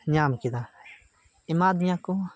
ᱧᱟᱢ ᱠᱮᱫᱟ ᱮᱢᱟ ᱫᱤᱧᱟᱹ ᱠᱚ